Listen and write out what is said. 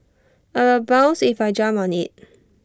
I will bounce if I jump on IT